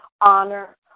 honor